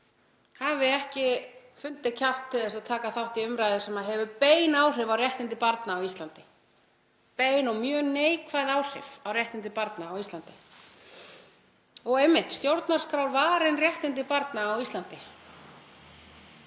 hafi ekki fundið kjark til þess að taka þátt í umræðu sem hefur bein áhrif á réttindi barna á Íslandi, bein og mjög neikvæð áhrif á réttindi barna á Íslandi, og einmitt stjórnarskrárvarin réttindi barna á Íslandi.